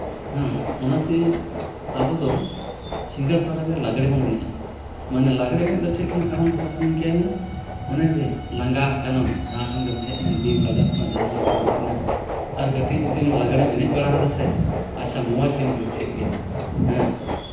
ᱦᱮᱸ ᱚᱱᱟᱛᱮ ᱟᱵᱚᱫᱚ ᱥᱤᱸᱜᱟᱹᱲ ᱛᱚᱨᱟᱨᱮ ᱞᱟᱸᱜᱽᱲᱮ ᱵᱚᱱ ᱮᱱᱮᱡᱼᱟ ᱢᱟᱱᱮ ᱞᱟᱸᱜᱽᱲᱮ ᱮᱱᱮᱡ ᱫᱚ ᱪᱮᱫ ᱠᱟᱱᱟ ᱠᱟᱨᱚᱱ ᱫᱚ ᱠᱟᱛᱷᱟ ᱰᱚ ᱱᱤᱝᱠᱟᱹᱭᱮᱱᱟ ᱚᱱᱮ ᱡᱮ ᱞᱟᱸᱜᱟ ᱠᱟᱱᱟᱢ ᱡᱟᱦᱟᱸ ᱠᱷᱚᱱ ᱜᱮᱢ ᱦᱮᱡ ᱮᱱ ᱵᱤᱨ ᱵᱟᱡᱟᱨ ᱠᱷᱚᱱᱟᱜ ᱡᱟᱦᱟᱸ ᱠᱷᱚᱱᱟᱜ ᱜᱮᱢ ᱦᱮᱡ ᱮᱱᱟ ᱟᱨ ᱠᱟᱹᱴᱤᱡ ᱡᱩᱫᱤ ᱞᱟᱜᱽᱲᱮᱢ ᱮᱱᱮᱡ ᱵᱟᱲᱟ ᱟᱫᱟ ᱥᱮ ᱟᱪᱪᱷᱟ ᱢᱚᱡᱽ ᱜᱮᱢ ᱵᱩᱡᱽ ᱠᱮᱜ ᱜᱮ ᱦᱮᱸ